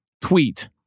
tweet